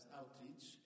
outreach